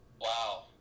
Wow